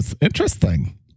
interesting